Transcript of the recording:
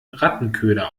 rattenköder